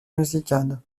musicale